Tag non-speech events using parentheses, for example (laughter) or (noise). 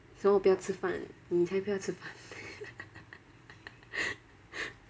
什么不要吃饭你才不要吃饭 (laughs)